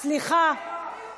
איזה